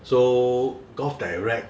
so golf direct